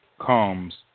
comes